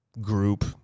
group